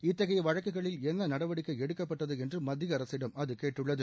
இத்தகைய வழக்குகளில் என்ன நடவடிக்கை எடுக்கப்பட்டது என்று மத்திய அரசிடம் அது கேட்டுள்ளது